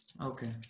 Okay